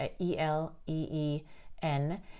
E-L-E-E-N